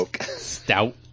stout